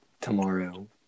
tomorrow